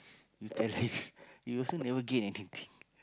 you tell lies you also never gain anything